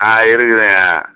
ஆ இருக்குதுங்க